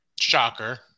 Shocker